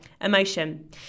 Emotion